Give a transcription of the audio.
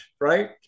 right